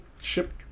ship